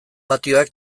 patioak